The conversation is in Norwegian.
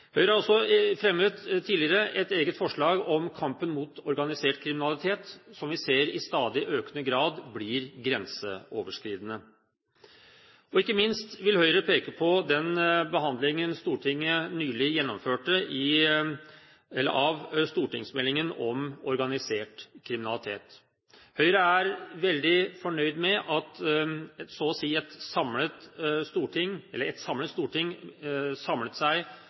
Høyre har også – tidligere – fremmet et eget forslag om kampen mot organisert kriminalitet, som vi i stadig økende grad ser blir grenseoverskridende. Ikke minst vil Høyre peke på den behandlingen Stortinget nylig gjennomførte av stortingsmeldingen om organisert kriminalitet. Høyre er veldig fornøyd med at et samlet storting samlet seg om så å si